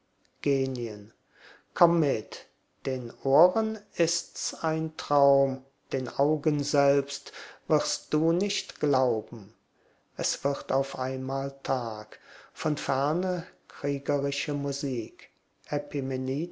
komm mit den ohren ist's ein traum den augen selbst wirst du nicht glauben es wird auf einmal tag von ferne kriegerische musik